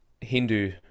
Hindu